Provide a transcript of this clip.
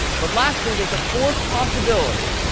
but lastly, there's a fourth possibility.